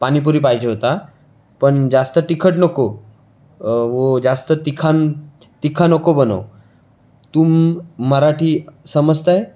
पानीपुरी पाहिजे होता पण जास्त तिखट नको वो जास्त तिखा न तिखा नको बनव तुम मराठी समजताए